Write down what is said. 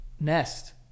nest